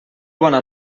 bona